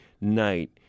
night